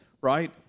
right